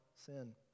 sin